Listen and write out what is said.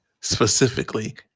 specifically